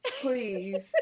Please